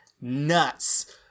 nuts